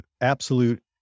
absolute